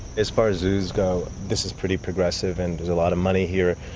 as far as zoos go, this is pretty progressive and there's a lot of money here.